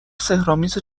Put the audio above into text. سحرآمیز